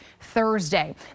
Thursday